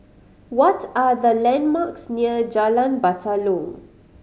what are the landmarks near Jalan Batalong